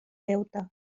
deute